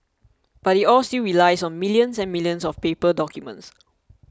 but it all still relies on millions and millions of paper documents